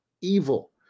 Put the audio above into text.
evil